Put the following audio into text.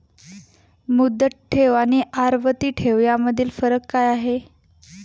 मुदत ठेव आणि आवर्ती ठेव यामधील फरक काय आहे?